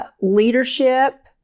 leadership